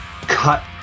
cut